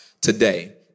today